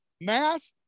mask